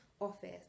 office